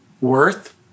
worth